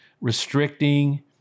restricting